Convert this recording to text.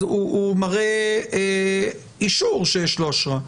אז הוא מראה אישור שיש לו אשרה.